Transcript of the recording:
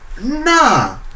nah